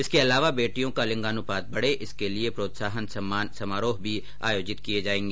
इसके अलावा बेटियों का लिंगानुपात बढ़े इसके लिये प्रोत्साहन सम्मान समारोह भी आयोजित किया जाएगा